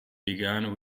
begun